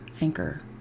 anchor